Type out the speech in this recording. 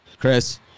Chris